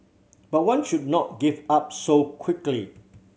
but one should not give up so quickly